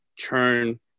turn